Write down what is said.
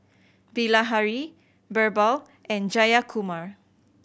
Bilahari Birbal and Jayakumar